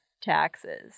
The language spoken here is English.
taxes